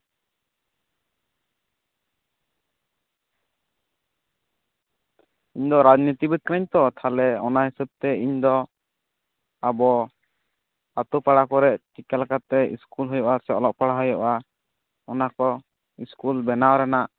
ᱤᱧ ᱫᱚ ᱨᱟᱡᱱᱤᱛᱤ ᱵᱤᱫ ᱠᱟᱹᱱᱟᱹᱧ ᱛᱚ ᱛᱟᱦᱚᱞᱮ ᱚᱱᱟ ᱦᱤᱥᱟᱹᱵ ᱛᱮ ᱤᱧ ᱫᱚ ᱟᱵᱚ ᱟᱹᱛᱩ ᱯᱟᱲᱟ ᱠᱚᱨᱮᱫ ᱪᱤᱠᱟᱹᱞᱮᱠᱟᱛᱮ ᱥᱠᱩᱞ ᱦᱩᱭᱩᱜᱼᱟ ᱥᱮ ᱚᱞᱚᱜ ᱯᱟᱲᱦᱟᱣ ᱦᱩᱭᱩᱜᱼᱟ ᱚᱱᱟ ᱠᱚ ᱥᱠᱩᱞ ᱵᱮᱱᱟᱣ ᱨᱮᱱᱟᱜ